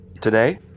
today